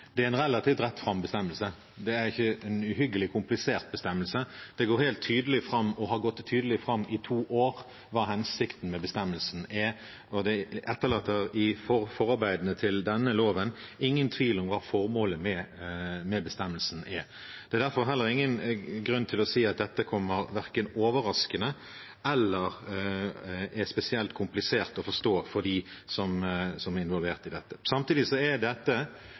Det er en relativt rett fram bestemmelse. Det er ikke en uhyggelig komplisert bestemmelse. Det går helt tydelig fram – og har gått tydelig fram i to år – hva hensikten med bestemmelsen er, og det etterlates i forarbeidene til denne loven ingen tvil om hva formålet med bestemmelsen er. Det er derfor heller ingen grunn til å si at dette verken kommer overraskende eller er spesielt komplisert å forstå for dem som er involvert i det. Samtidig er dette